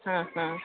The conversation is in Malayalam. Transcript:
അഹ് അഹ്